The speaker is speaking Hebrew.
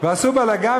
ועשו בלגן,